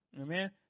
Amen